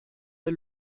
der